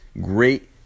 great